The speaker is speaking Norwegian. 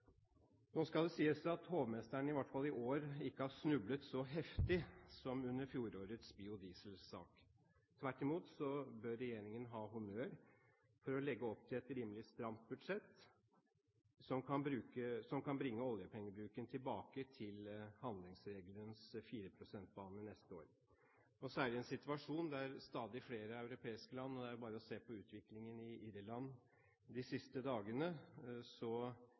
Nå skal det sies at hovmesteren i hvert fall i år ikke har snublet så heftig som man gjorde under fjorårets biodieselsak. Tvert imot bør regjeringen ha honnør for å legge opp til et rimelig stramt budsjett, som kan bringe oljepengebruken tilbake til handlingsregelens 4 pst.-bane neste år. Særlig i forhold til situasjonen i stadig flere europeiske land – det er jo bare å se på utviklingen i Irland de siste dagene